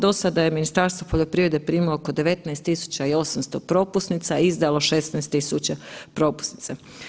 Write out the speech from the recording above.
Dosada je Ministarstvo poljoprivrede primilo oko 19.800 propusnica, a izdalo 16.000 propusnica.